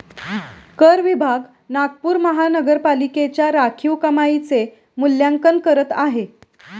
कर विभाग नागपूर महानगरपालिकेच्या राखीव कमाईचे मूल्यांकन करत आहे